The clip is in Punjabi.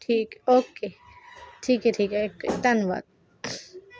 ਠੀਕ ਓਕੇ ਠੀਕ ਹੈ ਠੀਕ ਹੈ ਧੰਨਵਾਦ